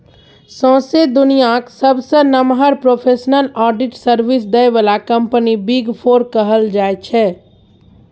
सौंसे दुनियाँक सबसँ नमहर प्रोफेसनल आडिट सर्विस दय बला कंपनी बिग फोर कहल जाइ छै